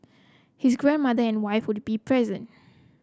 his grandmother and wife would be present